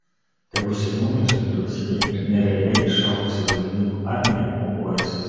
tegu seimūnai su vyriausybe ir nerealiai išaugusi valdininkų armija aukojasi